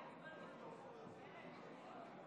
59:59. החוק לא התקבל.